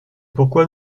pourquoi